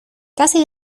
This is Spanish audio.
casi